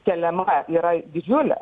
keliama yra didžiulė